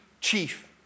chief